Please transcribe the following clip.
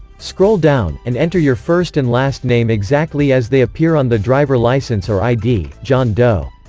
scroll down, and enter your first and last name exactly as they appear on the driver license or id john doe